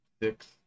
six